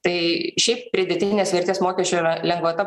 tai šiaip pridėtinės vertės mokesčio yra lengvata